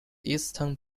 eastern